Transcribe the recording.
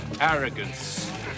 arrogance